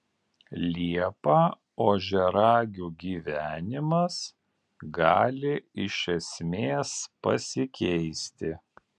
liepą ožiaragių gyvenimas gali iš esmės pasikeisti